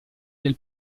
del